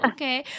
Okay